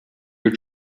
your